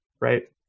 right